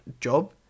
job